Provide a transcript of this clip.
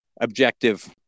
objective